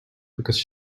because